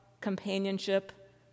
companionship